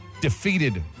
defeated